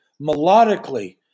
melodically